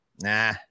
nah